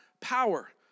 power